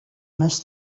miss